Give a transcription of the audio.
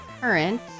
Current